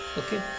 okay